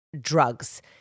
drugs